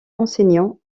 enseignants